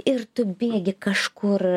ir tu bėgi kažkur